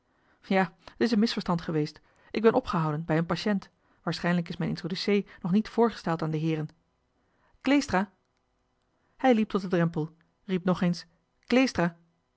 ja t is een misverstand geweest ik ben opgehouden bij een patiënt waarschijnlijk is mijn introducee nog niet voorgesteld aan de heeren kleestra hij liep tot den drempel riep nog eens kleestra